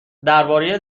درباره